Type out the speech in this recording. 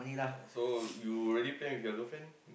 so you already plan with your girlfriend